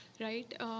right